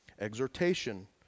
exhortation